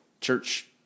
church